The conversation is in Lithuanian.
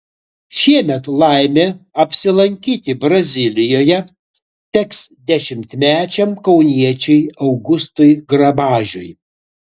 šiemet laimė apsilankyti brazilijoje teks dešimtmečiam kauniečiui augustui grabažiui